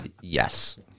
Yes